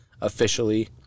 officially